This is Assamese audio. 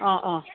অঁ